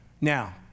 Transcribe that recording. Now